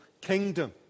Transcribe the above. kingdom